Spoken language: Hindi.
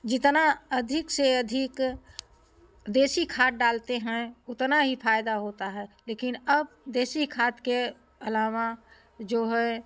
जितना अधिक से अधिक देशी खाद डालते हैं उतना ही फायदा होता है लेकिन अब देशी खाद के अलावा जो है